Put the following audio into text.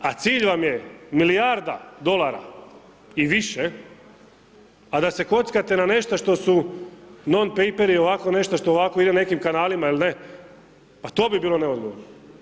A cilj vam je milijarda dolara, i više, a da se kockate na nešta što su non-paper-i, ovako nešto što ovako ide nekim kanalima il' ne, pa to bi bilo neodgovorno.